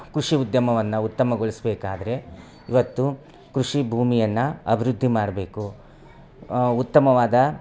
ಕೃಷಿ ಉದ್ಯಮವನ್ನು ಉತ್ತಮಗೋಳಿಸಬೇಕಾದ್ರೆ ಇವತ್ತು ಕೃಷಿ ಭೂಮಿಯನ್ನಅಭಿವೃದ್ದಿ ಮಾಡಬೇಕು ಉತ್ತಮವಾದ